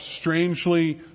strangely